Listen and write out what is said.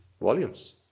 volumes